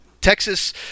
Texas